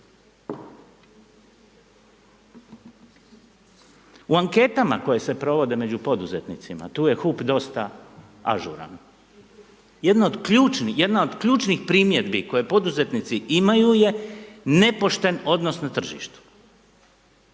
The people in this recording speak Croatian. U anketama koje se provode među poduzetnicima, tu je HIP dosta ažuran, jedan od ključnih primjedbi koje poduzetnici imaju je nepošten odnos na tržištu.